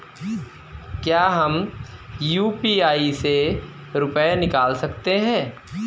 क्या हम यू.पी.आई से रुपये निकाल सकते हैं?